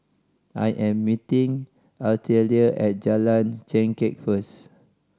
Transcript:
I am meeting Artelia at Jalan Chengkek first